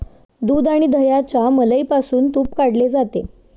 दूध आणि दह्याच्या मलईमधून तुप काढले जाते